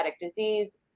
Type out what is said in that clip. disease